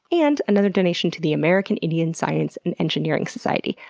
and another donation to the american indian science and engineering society.